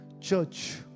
church